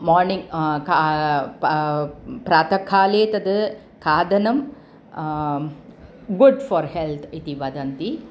morning का पा प्रातःकाले तद् खादनं गुड् फ़ार् हेल्त् इति वदन्ति